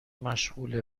مشغوله